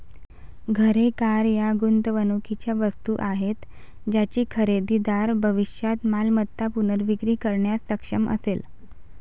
घरे, कार या गुंतवणुकीच्या वस्तू आहेत ज्याची खरेदीदार भविष्यात मालमत्ता पुनर्विक्री करण्यास सक्षम असेल